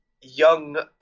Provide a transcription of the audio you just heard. young